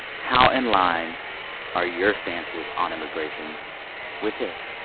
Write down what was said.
how in line are your stances on immigration with his?